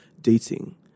dating